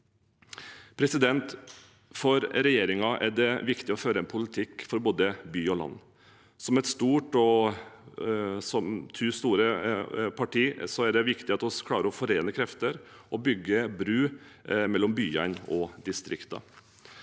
opp. For regjeringen er det viktig å føre en politikk for både by og land. Som to store partier er det viktig at vi klarer å forene krefter og bygger bru mellom byene og distriktene.